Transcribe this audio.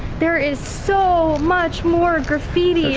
there is so much more graffiti.